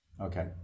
Okay